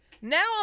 Now